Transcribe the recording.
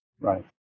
Right